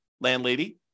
landlady